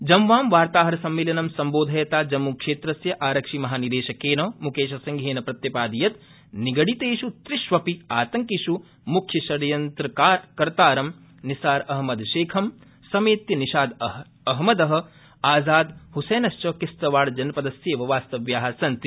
जम्वां वार्ताहर सम्मेलनं सम्बोधयता जम्मूक्षेत्रस्य आरक्षिमहानिदेशकेन मुकेश सिंहेन प्रत्यपादि यत् निगडितेष् त्रिष्वपि आतंकिष् म्ख्य षड्यन्त्रकर्तारं निसार अहमद शेखं समेत्य निषाद अहमदः आजाद हसैनश्च किस्तवाड जनपदस्यैव वास्तव्या सन्ति